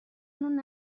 اونو